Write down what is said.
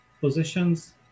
positions